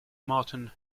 martyn